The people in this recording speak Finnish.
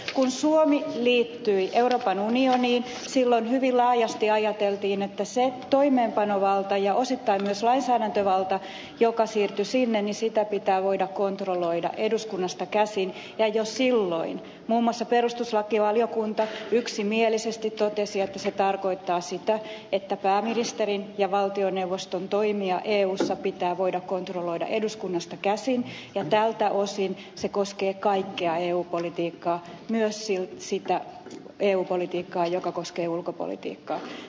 kun suomi liittyi euroopan unioniin silloin hyvin laajasti ajateltiin että sitä toimeenpanovaltaa ja osittain myös lainsäädäntövaltaa joka siirtyi sinne pitää voida kontrolloida eduskunnasta käsin ja jo silloin muun muassa perustuslakivaliokunta yksimielisesti totesi että se tarkoittaa sitä että pääministerin ja valtioneuvoston toimia eussa pitää voida kontrolloida eduskunnasta käsin ja tältä osin se koskee kaikkea eu politiikkaa myös sitä eu politiikkaa joka koskee ulkopolitiikkaa